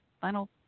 Final